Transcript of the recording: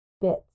bits